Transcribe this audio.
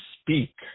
speak